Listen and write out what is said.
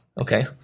okay